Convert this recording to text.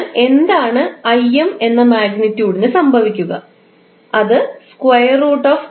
അതിനാൽ എന്താണ് എന്ന മാഗ്നിറ്റ്യൂഡിന് സംഭവിക്കുക അത് ആകും